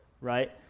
right